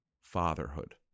fatherhood